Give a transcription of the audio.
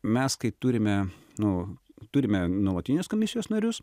mes kai turime nu turime nuolatinius komisijos narius